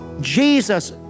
Jesus